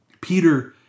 Peter